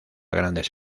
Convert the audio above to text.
grandes